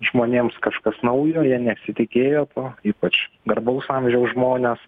žmonėms kažkas naujo jie nesitikėjo to ypač garbaus amžiaus žmonės